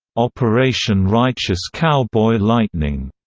operation righteous cowboy lightning,